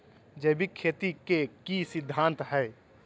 जैविक खेती के की सिद्धांत हैय?